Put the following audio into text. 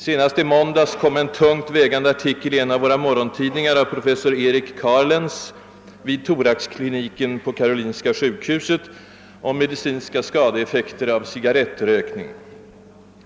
Senast i måndags stod en tungt vägande artikel av professor Eric Carlens vid toraxkliniken på Karolinska sjukhuset att läsa i en av våra morgontidningar om just medicinska skadeeffekter av cigarrettrökning.